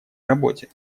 работе